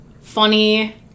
funny